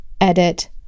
edit